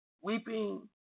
weeping